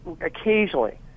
occasionally